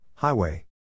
Highway